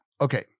Okay